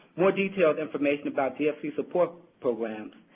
more detailed information about dfc's support programs,